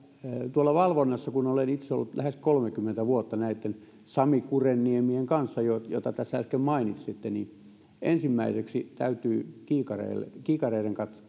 tuolla valvonnassa kun olen itse ollut lähes kolmekymmentä vuotta näitten sami kurenniemien kanssa joita tässä äsken mainitsitte niin ensimmäiseksi täytyy kiikareiden kiikareiden